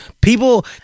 People